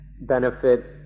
benefit